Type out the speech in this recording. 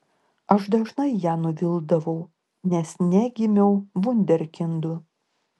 aš dažnai ją nuvildavau nes negimiau vunderkindu